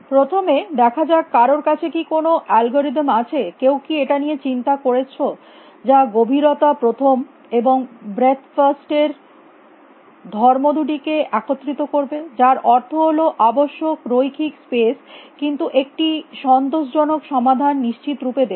প্রথমে দেখা যাক কারোর কাছে কী কোনো অ্যালগরিদম আছে কেউ কী এটা নিয়ে চিন্তা করেছে যা গভীরতা প্রথম এবং ব্রেথ ফার্স্ট এর ধর্ম দুটিকে একত্রিত করবে যার অর্থ হল আবশ্যক রৈখিক স্পেস কিন্তু একটি সন্তোষজনক সমাধান নিশ্চিত রূপে দেবে